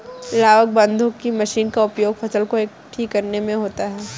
लावक बांधने की मशीन का उपयोग फसल को एकठी करने में होता है